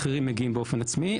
אחרים מגיעים באופן עצמאי,